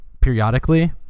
periodically